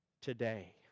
today